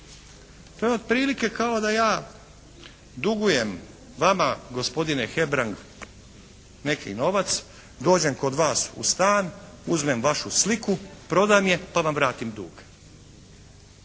To je otprilike kao da ja dugujem vama gospodine Hebrang neki novac, dođem kod vas u stan, uzmem vašu sliku, prodajem je pa vam vratim dug.